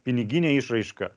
pinigine išraiška